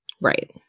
Right